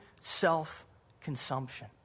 self-consumption